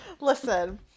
listen